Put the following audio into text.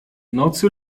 nocy